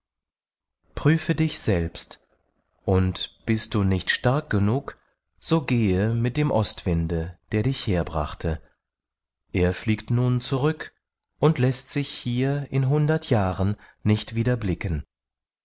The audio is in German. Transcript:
prüfe dich selbst und bist du nicht stark genug so gehe mit dem ostwinde der dich herbrachte er fliegt nun zurück und läßt sich hier in hundert jahren nicht wieder blicken